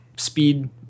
Speed